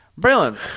Braylon